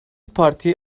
parti